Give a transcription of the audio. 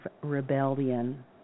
rebellion